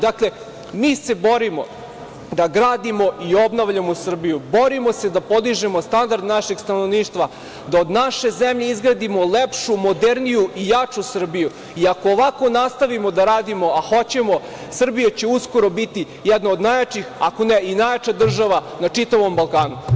Dakle, mi se borimo da gradimo i obnavljamo Srbiju, borimo se da podižemo standard našeg stanovništva, da od naše zemlje izgradimo lepšu, moderniju i jaču Srbiju i ako ovako nastavimo da radimo, a hoćemo, Srbija će uskoro biti jedna od najjačih, ako ne i najjača država na čitavom Balkanu.